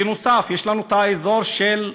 בנוסף, יש לנו האזור של הנגב,